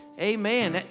Amen